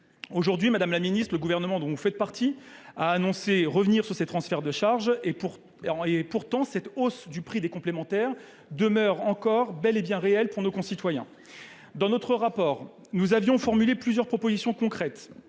Aujourd’hui, madame la ministre, le gouvernement dont vous faites partie a annoncé revenir sur ces transferts de charge. Pourtant, la hausse du prix des complémentaires demeure quant à elle bien réelle pour nos concitoyens. Dans notre rapport, nous avions formulé plusieurs propositions concrètes.